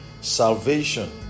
Salvation